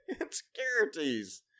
insecurities